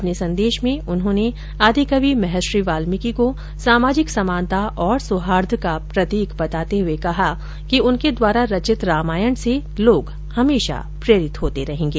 अपने संदेश में उन्होंने आदिकवि महर्षि वाल्मिकी को सामाजिक समानता और सौहार्द का प्रतीक बताते हुए कहा कि उनके द्वारा रचित रामायण से लोग हमेशा प्रेरित होते रहेंगे